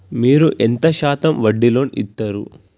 మీరు ఎంత శాతం వడ్డీ లోన్ ఇత్తరు?